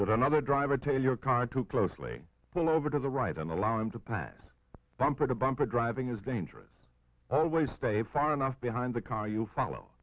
another driver tell your card to closely pull over to the right on allow him to that bumper to bumper driving is dangerous always stay far enough behind the car you follow